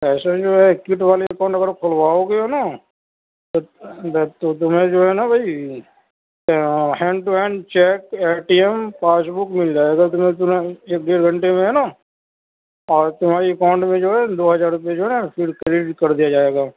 ایسا جو ہے کٹ والے اکاؤنٹ اگر کھلواؤ گے ہے نا تو تو تمہیں جو ہے نا بھائی hand to hand cheque A T M passbook مل جائے گا تمہیں تورنت ایک ڈیڑھ گھنٹے میں ہے نا اور تمہارے اکاؤنٹ میں جو ہے دو ہزار روپے جو ہے نا پھر کریڈٹ کر دیا جائے گا